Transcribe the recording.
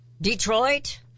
Detroit